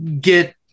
get